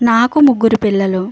నాకు ముగ్గురు పిల్లలు